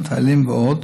מטיילים ועוד,